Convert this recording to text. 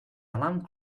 alarm